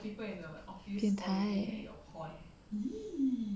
变态